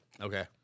Okay